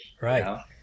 right